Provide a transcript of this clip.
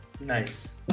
Nice